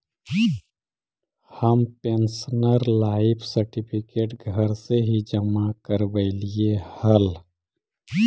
हम pensioner life certificate घर से ही जमा करवइलिअइ हल